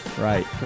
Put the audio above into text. right